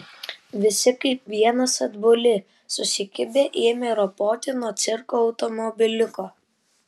visi kaip vienas atbuli susikibę ėmė ropoti nuo cirko automobiliuko